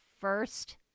first